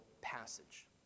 passage